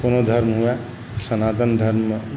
कोनो धर्म होए सनातन धर्म